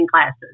classes